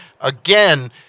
again